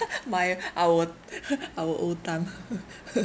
my our our old time